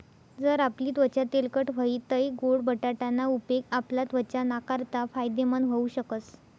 जर आपली त्वचा तेलकट व्हयी तै गोड बटाटा ना उपेग आपला त्वचा नाकारता फायदेमंद व्हऊ शकस